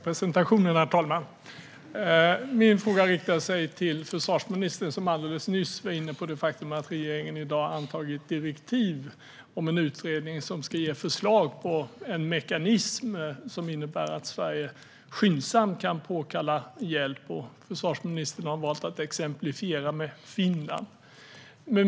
Herr talman! Min fråga riktar sig till försvarsministern, som alldeles nyss var inne på det faktum att regeringen i dag antagit direktiv för en utredning som ska ge förslag till en mekanism som innebär att Sverige skyndsamt kan påkalla hjälp. Försvarsministern har valt att exemplifiera med Finland.